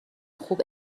خوب